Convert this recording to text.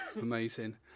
Amazing